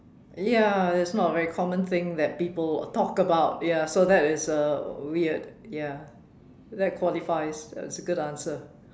ya it's not a very common thing that people talk about ya so that is uh weird ya that qualifies as a good answer